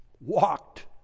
walked